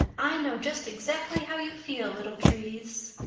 i know just exactly how you feel, little trees